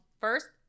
first